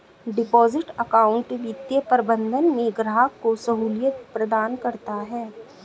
deposit account वित्तीय प्रबंधन में ग्राहक को सहूलियत प्रदान करता है